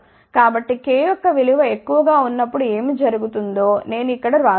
కాబట్టి k యొక్క విలువ ఎక్కువగా ఉన్నపుడు ఏమి జరుగుతుందో నేను ఇక్కడ వ్రాశాను